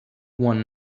one